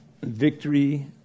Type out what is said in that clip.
victory